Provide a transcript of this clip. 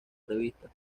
revista